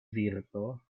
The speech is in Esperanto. virto